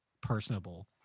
personable